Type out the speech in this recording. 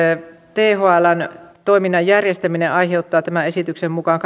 thln toiminnan järjestäminen aiheuttaa tämän esityksen mukaan